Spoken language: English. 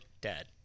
dead